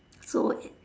so